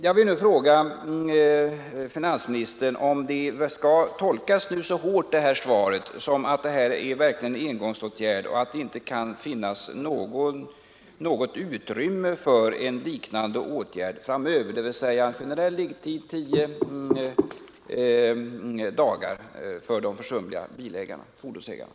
Jag vill nu fråga finansministern om svaret skall tolkas så hårt som att detta verkligen är en engångsåtgärd och att det inte kan finnas något utrymme för en liknande åtgärd framöver — dvs. generell liggetid på tio dagar för de försumliga fordonsägarna.